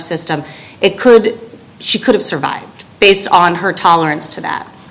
system it could she could have survived based on her tolerance to that